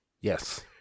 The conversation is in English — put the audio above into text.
Yes